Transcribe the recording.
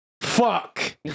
Fuck